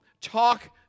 Talk